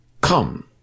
come